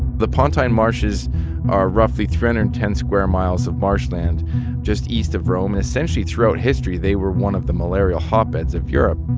the pontine marshes are roughly three hundred and ten square miles of marshland just east of rome. and essentially, throughout history, they were one of the malarial hotbeds of europe.